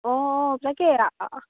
অঁ সেইবিলাকে আৰু অঁ